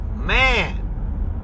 Man